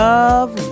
Love